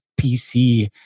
PC